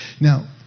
Now